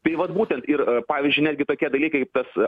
tai vat būtent ir pavyzdžiui netgi tokie dalykai kaip tas